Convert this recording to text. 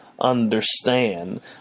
understand